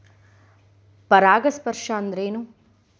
ಪರಾಗಸ್ಪರ್ಶ ಅಂದರೇನು?